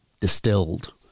distilled